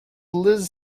liz